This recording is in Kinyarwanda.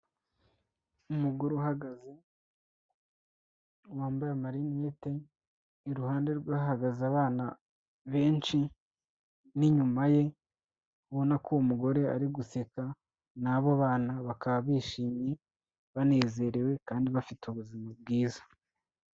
Umugore uhagaze wambaye amarinete. Iruhande rwe hahagaze abana benshi n'inyuma ye ubona ko uwo mugore ari guseka n'abo bana bakaba bishimye banezerewe kandi bafite ubuzima bwiza.